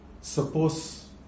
suppose